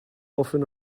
often